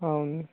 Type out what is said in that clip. ఉంది